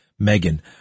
Megan